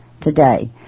today